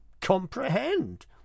comprehend